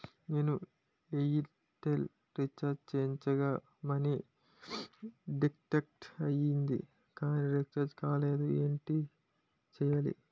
నేను Airtel recharge చేయించగా money deduct అయ్యింది కానీ రీఛార్జ్ కాలేదు ఏంటి చేయాలి?